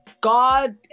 god